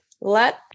let